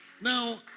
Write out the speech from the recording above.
Now